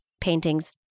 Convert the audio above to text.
paintings